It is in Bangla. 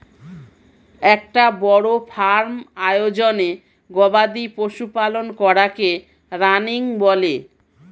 একটা বড় ফার্ম আয়োজনে গবাদি পশু পালন করাকে রানিং বলে